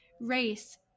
race